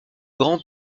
grand